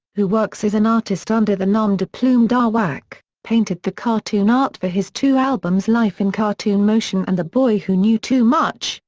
who works as an artist under the nom de plume dawack, painted the cartoon art for his two albums life in cartoon motion and the boy who knew too much,